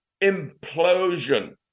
implosion